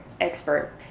expert